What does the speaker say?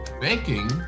Banking